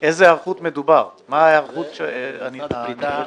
מה ההיערכות שנדרשת?